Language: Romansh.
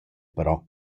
però